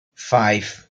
five